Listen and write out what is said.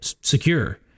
secure